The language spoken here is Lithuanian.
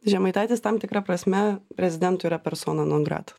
žemaitaitis tam tikra prasme prezidentui yra persona non grata